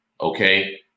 okay